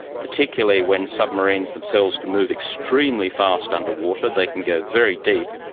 particularly when submarines themselves can move extremely fast underwater, they can go very deep,